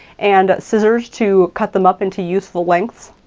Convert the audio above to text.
and scissors to cut them up into useful lengths.